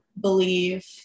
believe